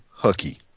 Hookie